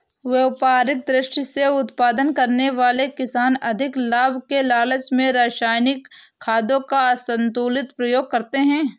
व्यापारिक दृष्टि से उत्पादन करने वाले किसान अधिक लाभ के लालच में रसायनिक खादों का असन्तुलित प्रयोग करते हैं